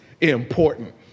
important